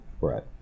Right